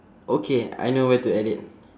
okay I know where to add it